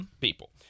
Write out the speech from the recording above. people